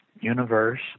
Universe